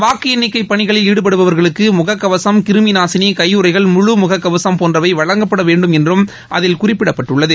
வாக்கு எண்ணிக்கை பணிகளில் ஈடுபடுபவர்களுக்கு முகக்கவசம் கிருமி நாசினி கையுறைகள் முழு முகக்கவசம் போன்றவை வழங்கப்பட வேண்டும் என்றும் அதில் குறிப்பிடப்பட்டுள்ளது